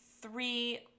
three